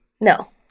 No